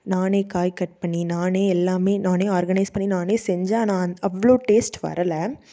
நானே காய் கட் பண்ணி நானே எல்லாம் நானே ஆர்கனைஸ் பண்ணி நானே செஞ்சேன் ஆனால் அந் அவ்வளோ டேஸ்ட் வரலை